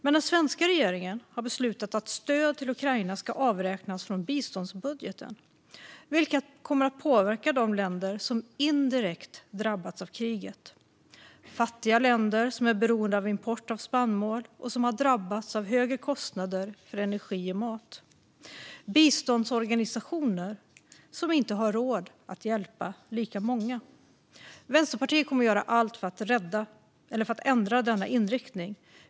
Men den svenska regeringen har beslutat att stöd till Ukraina ska avräknas från biståndsbudgeten, vilket kommer att påverka de länder som indirekt drabbats av kriget. Det är fattiga länder som är beroende av import av spannmål och som har drabbats av högre kostnader för energi och mat. Det är biståndsorganisationer som inte har råd att hjälpa lika många. Vänsterpartiet kommer att göra allt för att ändra denna inriktning.